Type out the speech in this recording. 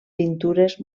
pintures